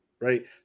right